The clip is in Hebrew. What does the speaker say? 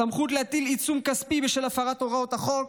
סמכות להטיל עיצום כספי בשל הפרת הוראות החוק,